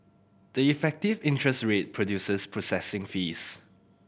the effective interest rate includes processing fees